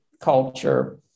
culture